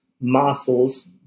muscles